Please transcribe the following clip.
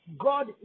God